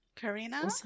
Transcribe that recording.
Karina